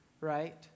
right